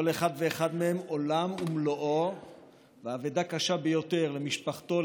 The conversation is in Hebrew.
כל אחד ואחד מהם הוא עולם ומלואו ואבדה קשה ביותר למשפחתו,